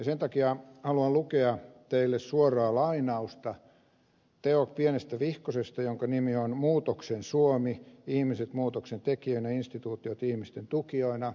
sen takia haluan lukea teille suoraa lainausta pienestä vihkosesta jonka nimi on muutoksen suomi ihmiset muutoksentekijöinä instituutiot ihmisten tukijoina